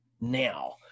now